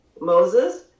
Moses